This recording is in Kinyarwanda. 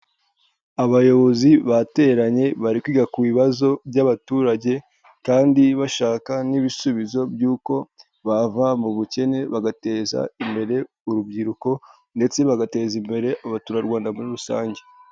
Abayobozi bateranye, bari kwiga ku bibazo by'abaturage, kandi bashaka n'ibisubizo by'uko bava mu bukene, bagateza imbere urubyiruko, ndetse bagateza imbere abaturarwanda muri rusange.